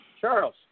Charles